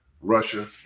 Russia